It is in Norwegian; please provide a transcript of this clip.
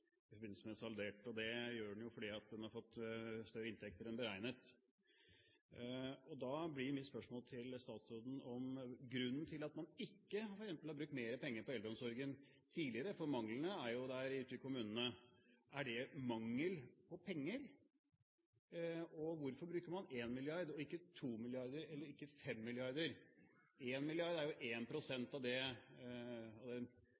i forbindelse med saldert budsjett, og det gjør man fordi man har fått større inntekter enn beregnet. Da blir mitt spørsmål til statsråden: Grunnen til at man ikke f.eks. har brukt mer penger på eldreomsorgen tidligere – for manglene er jo der ute i kommunene – er det mangel på penger? Hvorfor bruker man 1 mrd. kr, og ikke 2 mrd. kr eller 5 mrd. kr? 1 mrd. kr er jo 1 pst. av